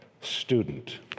student